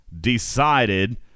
decided